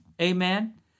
amen